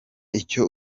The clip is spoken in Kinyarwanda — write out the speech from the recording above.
icyo